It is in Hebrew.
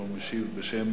שמשיב בשם